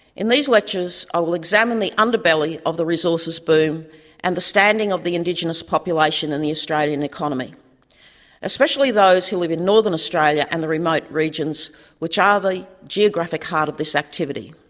in these lectures, i will examine the underbelly of the resources boom and the standing of the indigenous population in the australian economy especially those who live in northern australia and the remote regions which are the geographic heart of this activity.